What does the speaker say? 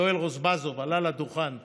יואל רזבוזוב עלה לדוכן ואמר: